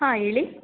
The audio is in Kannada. ಹಾಂ ಹೇಳಿ